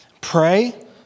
pray